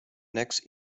next